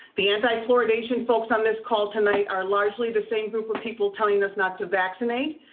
the anti fluoridation folks on this call tonight are largely the same group of people telling us not to vaccinate.